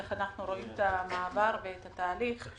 איך אנו רואי את המעבר ואת התהליך.